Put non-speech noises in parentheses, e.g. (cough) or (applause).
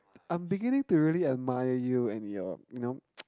I'm beginning to really admire you and your you know (noise)